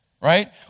Right